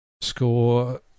score